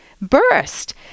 burst